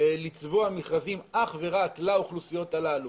לצבוע מכרזים אך ורק לאוכלוסיות הללו,